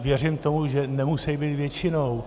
Věřím tomu, že nemusejí být většinou.